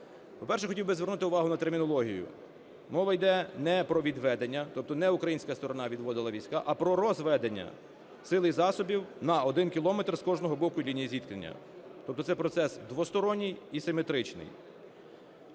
По-перше, хотів би звернути увагу на термінологію. Мова іде не про відведення, тобто не українська сторона відводила війська, а про розведення сил і засобів на один кілометр з кожного боку лінії зіткнення, тобто це процес двосторонній і симетричний.